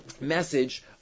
message